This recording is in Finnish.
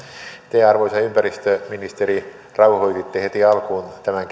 te arvoisa ympäristöministeri rauhoititte heti alkuun tämän